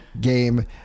game